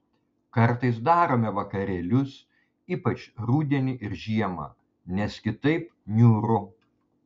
kartais darome vakarėlius ypač rudenį ir žiemą nes kitaip niūru